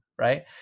right